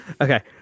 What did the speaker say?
Okay